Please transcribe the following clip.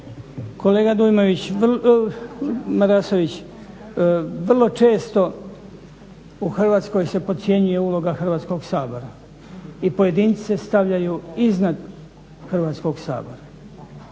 Kolega Marasović vrlo često u Hrvatskoj se podcjenjuje uloga Hrvatskog sabora i pojedinci se stavljaju iznad Hrvatskog sabora,